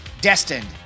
destined